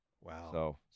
Wow